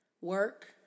work